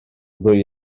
ddwy